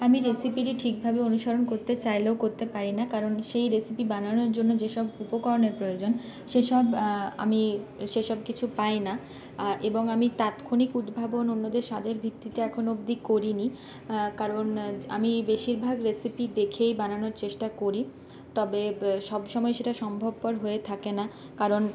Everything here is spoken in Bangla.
আমি রেসিপিটি ঠিকভাবে অনুসরণ করতে চাইলেও করতে পারি না কারণ সেই রেসিপি বানানোর জন্য যেসব উপকরণের প্রয়োজন সেসব আমি সেসব কিছু পাই না এবং আমি তাৎক্ষনিক উদ্ভাবন অন্যদের স্বাদের ভিত্তিতে এখনো অবধি করিনি কারণ আমি বেশিরভাগ রেসিপি দেখেই বানানোর চেষ্টা করি তবে সবসময় সেটা সম্ভবপর হয়ে থাকে না কারণ